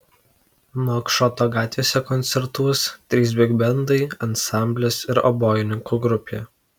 nuakšoto gatvėse koncertuos trys bigbendai ansamblis ir obojininkų grupė